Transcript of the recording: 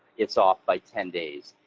it's off by ten days,